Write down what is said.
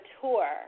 tour